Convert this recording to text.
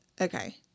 Okay